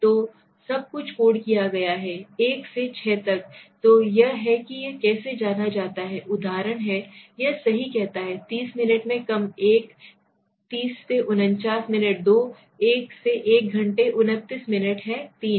तो सब कुछ कोड किया गया है 123456 तो यह है कि यह कैसे जाता है एक उदाहरण है यह सही कहता है 30 मिनट से कम 1 30 से 59 मिनट 2 1 घंटे से I घंटे 29 मिनट है 3 है